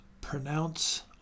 pronounce